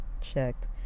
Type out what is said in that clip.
checked